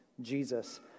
Jesus